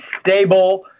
stable